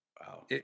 Wow